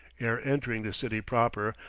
ere entering the city proper,